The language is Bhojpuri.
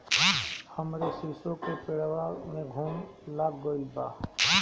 हमरे शीसो के पेड़वा में घुन लाग गइल बा